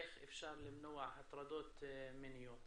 איך אפשר למנוע הטרדות מיניות.